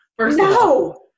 No